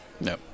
no